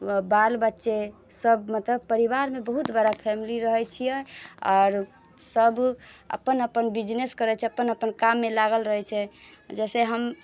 बाल बच्चे सब मतलब परिवारमे बहुत बड़ा फैमिली रहै छिए आओर सब अपन अपन बिजनेस करै छै अपन अपन काममे लागल रहै छै जइसे हम